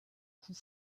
coup